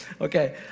Okay